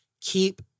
Keep